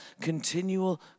continual